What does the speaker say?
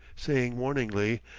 saying warningly,